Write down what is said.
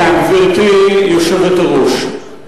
גברתי היושבת-ראש.